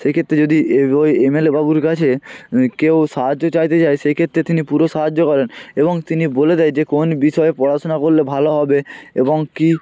সেক্ষেত্রে যদি এ ওই এমএলএ বাবুর কাছে কেউ সাহায্য চাইতে যায় সেই ক্ষেত্রে তিনি পুরো সাহায্য করেন এবং তিনি বলে দেয় যে কোন বিষয়ে পড়াশোনা করলে ভালো হবে এবং কী